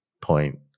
point